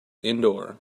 indoor